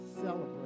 celebrate